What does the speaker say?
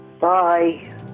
Bye